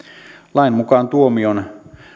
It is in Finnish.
lain mukaan tuomion